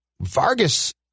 Vargas